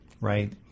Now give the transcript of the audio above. Right